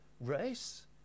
race